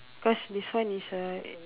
cause this one is a